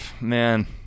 Man